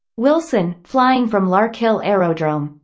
wilson, flying from larkhill aerodrome.